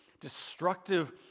destructive